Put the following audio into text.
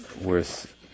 worth